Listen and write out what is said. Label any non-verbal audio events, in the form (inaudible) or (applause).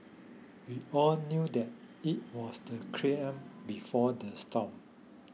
we all knew that it was the (unintelligible) before the storm